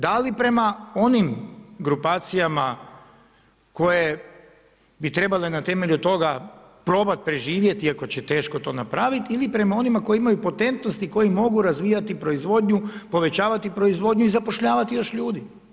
Da li prema onim grupacijama koje bi trebale na temelju toga probat preživjeti iako će teško to napraviti ili prema onima koji imaju potentnost i koji mogu razvijati proizvodnju, povećavati proizvodnju i zapošljavati još ljudi.